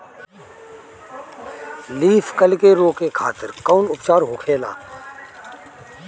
Leaf curl के रोके खातिर कउन उपचार होखेला?